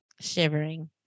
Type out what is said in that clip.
shivering